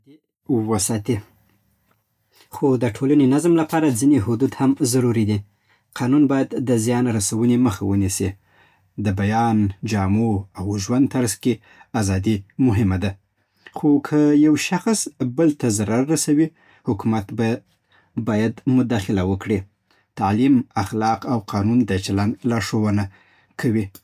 وساتي. خو د ټولنې نظم لپاره ځینې حدود هم ضروري دي. قانون باید د زیان رسونې مخه ونیسي. د بیان، جامو او ژوند طرز کې ازادي مهمه ده. خو که یو شخص بل ته ضرر رسوي، حکومت باید - بايد مداخله وکړي تعلیم، اخلاق او قانون د چلند لارښودونه کوی